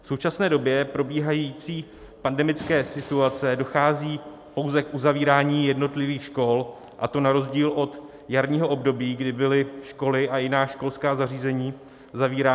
V současné době probíhající pandemické situace dochází pouze k uzavírání jednotlivých škol, a to na rozdíl od jarního období, kdy byly školy a jiná školská zařízení zavírány plošně.